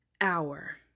hour